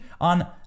on